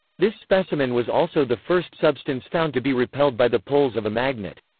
this specimen was also the first substance found to be repelled by the poles of a magnet.